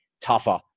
tougher